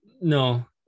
No